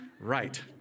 Right